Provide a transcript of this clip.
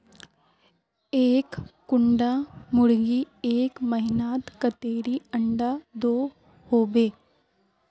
एक कुंडा मुर्गी एक महीनात कतेरी अंडा दो होबे?